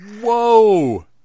Whoa